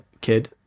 kid